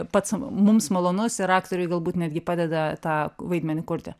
pats mums malonus ir aktoriui galbūt netgi padeda tą vaidmenį kurti